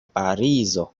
parizo